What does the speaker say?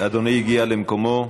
אדוני השר הגיע למקומו.